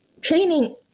training